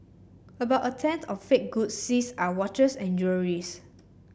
about a tenth of fake goods seized are watches and jewellery's